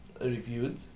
reviewed